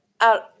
out